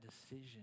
decision